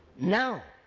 now.